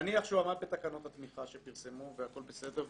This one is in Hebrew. נניח שהוא עמד בתקנות התמיכה שפרסמו והכול בסדר,